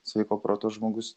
sveiko proto žmogus